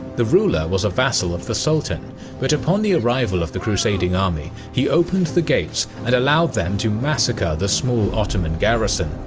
the ruler was a vassal of the sultan but upon the arrival of the crusading army he opened the gates and allowed them to massacre the small ottoman garrison.